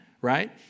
right